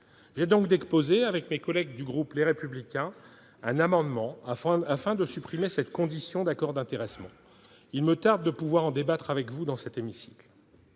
J'ai donc déposé, avec mes collègues du groupe Les Républicains, un amendement visant à supprimer cette condition d'accord d'intéressement. Il me tarde de pouvoir en débattre avec vous dans cet hémicycle.